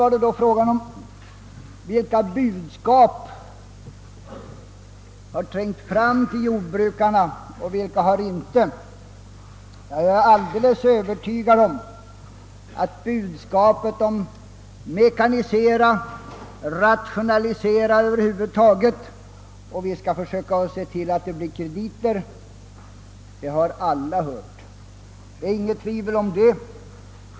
Vilka budskap har då trängt fram till jordbrukarna och vilka har inte gjort det, frågades det vidare. Ja, jag är alldeles övertygad om att budskapet om att mekanisera och att över huvud taget rationalisera samt att man ville se till att krediter ställs till förfogande, det har alla hört.